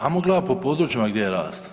Ajmo gledati po područjima gdje je rast.